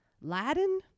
Latin